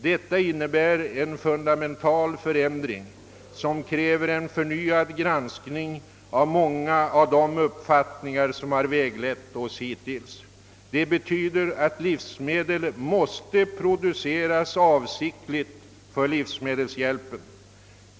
Detta innebär en fundamental förändring, som kräver en förnyad granskning av många av de uppfattningar som har väglett oss hittills. Det betyder, att livsmedel måste produceras avsiktligt för livsmedelshjälpen.